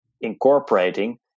incorporating